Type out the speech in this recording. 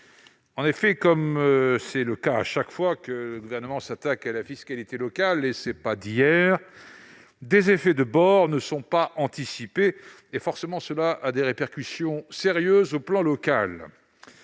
En effet, comme c'est le cas chaque fois que le Gouvernement s'attaque à la fiscalité locale- cela ne date pas d'hier -, des effets de bord ne sont pas anticipés et emportent des répercussions sérieuses au plan local.